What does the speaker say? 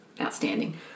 outstanding